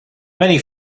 many